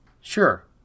Sure